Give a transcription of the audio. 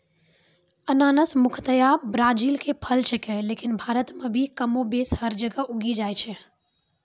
अनानस मुख्यतया ब्राजील के फल छेकै लेकिन भारत मॅ भी कमोबेश हर जगह उगी जाय छै